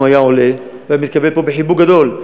אם הוא היה עולה הוא היה מתקבל פה בחיבוק גדול.